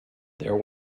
their